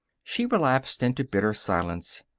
she relapsed into bitter silence.